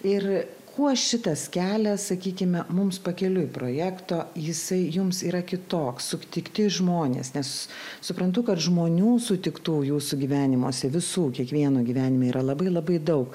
ir kuo šitas kelias sakykime mums pakeliui projekto jisai jums yra kitoks sutikti žmonės nes suprantu kad žmonių sutiktųjų sugyvenimuose visų kiekvieno gyvenime yra labai labai daug